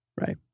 Right